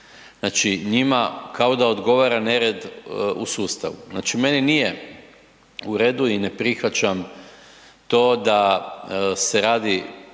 Znači, njima kao da odgovara nered u sustavu. Znači, meni nije u redu i ne prihvaćam to da se radi